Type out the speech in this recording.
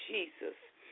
Jesus